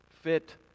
fit